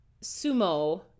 sumo